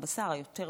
על הבשר היותר-טוב,